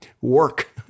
work